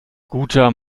guter